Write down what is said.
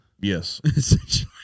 Yes